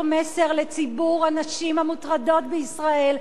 מסר לציבור הנשים המוטרדות בישראל,